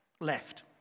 left